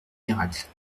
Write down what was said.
miracles